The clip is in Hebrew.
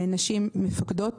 נשים מפקדות.